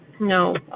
No